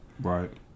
Right